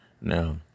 Now